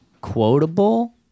quotable